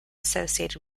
associated